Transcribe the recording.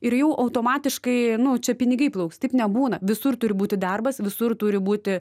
ir jau automatiškai nu čia pinigai plauks taip nebūna visur turi būti darbas visur turi būti